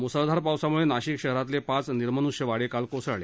मुसळधार पावसामुळे नाशिक शहरातले पाच निर्मनुष्य वाडे काल कोसळले